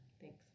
Thanks